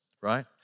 right